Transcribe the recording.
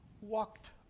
walked